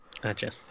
Gotcha